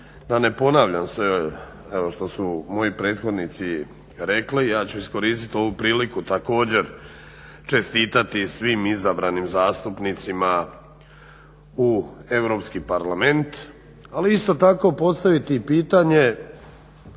da ne ponavljam sve što su moji prethodnici rekli, ja ću iskoristiti ovu priliku čestitati svim izabranim zastupnicima u EU parlament, ali isto tako postaviti pitanje